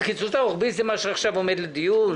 הקיצוץ הרוחבי, זה מה שעכשיו עומד לדיון?